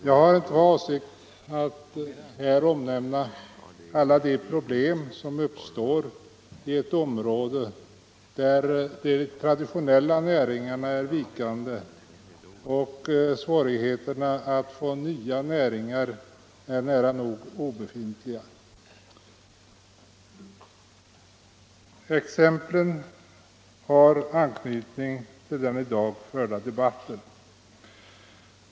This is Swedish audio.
Jag har inte för avsikt att omnämna alla de problem som uppstår i ett område där de traditionella näringarna är vikande och möjligheterna att få nya näringar är nära nog obefintliga. Exemplen har anknytning till den i dag förda debatten.